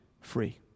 free